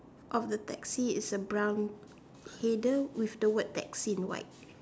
of the taxi is a brown header with the word taxi in white